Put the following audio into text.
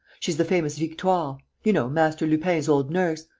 she's the famous victoire you know, master lupin's old nurse.